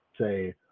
say